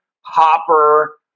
hopper